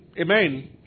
Amen